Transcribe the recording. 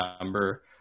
number